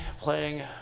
playing